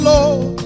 Lord